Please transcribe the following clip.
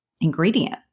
ingredient